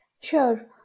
Sure